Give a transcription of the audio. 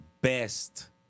best